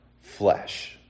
flesh